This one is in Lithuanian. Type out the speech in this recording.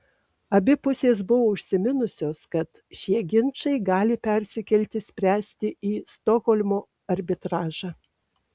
abi pusės buvo užsiminusios kad šie ginčai gali persikelti spręsti į stokholmo arbitražą